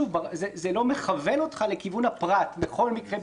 זה לא מכוון אותך לכיוון הפרט בכל מקרה,